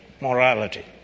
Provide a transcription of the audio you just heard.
morality